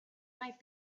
might